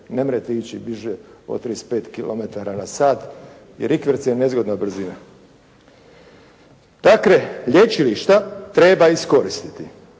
ne možete ići više od 35 km na sat, jer rikverc je nezgodna brzina. Dakle, lječilišta treba iskoristiti,